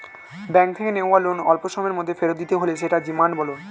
bank থেকে নেওয়া loan অল্পসময়ের মধ্যে ফেরত দিতে হলে সেটা ডিমান্ড লোন